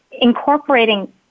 incorporating